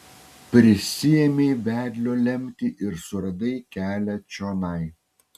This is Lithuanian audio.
prisiėmei vedlio lemtį ir suradai kelią čionai